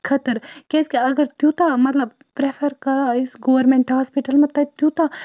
خٲطرٕ کیٛازِکہِ اگر تیوٗتاہ مَطلب پرٛٮ۪فَر کَرو أسۍ گورمٮ۪نٛٹ ہاسپِٹَلَن منٛز تَتہِ تیوٗتاہ